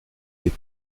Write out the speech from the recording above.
des